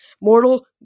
Mortal